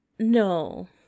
No